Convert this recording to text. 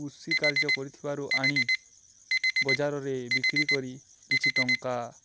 କୃଷି କାର୍ଯ୍ୟ କରିଥିବାରୁ ଆଣି ବଜାରରେ ବିକ୍ରି କରି କିଛି ଟଙ୍କା